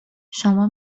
شما